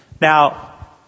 Now